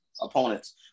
opponents